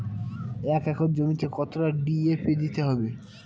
এক একর জমিতে কতটা ডি.এ.পি দিতে হবে?